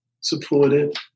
supported